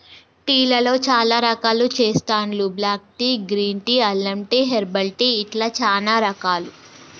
tea లలో చాల రకాలు చెస్తాండ్లు బ్లాక్ టీ, గ్రీన్ టీ, అల్లం టీ, హెర్బల్ టీ ఇట్లా చానా రకాలు